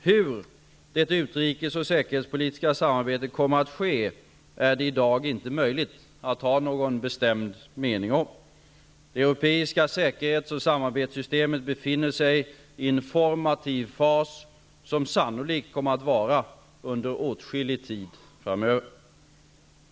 Hur det utrikes och säkerhetspolitiska samarbetet kommer att ske är det i dag inte möjligt att ha någon bestämd mening om. Det europeiska säkerhets och samarbetssystemet befinner sig i en formativ fas, som sannolikt kommer att vara under åtskillig tid framöver.